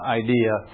idea